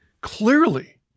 clearly